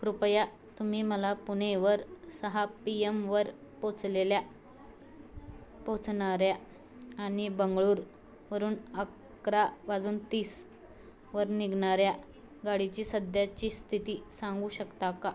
कृपया तुम्ही मला पुणेवर सहा पी येमवर पोहोचलेल्या पोहोचणाऱ्या आणि बेंगळुरूवरून अकरा वाजून तीस वर निघणाऱ्या गाडीची सध्याची स्थिती सांगू शकता का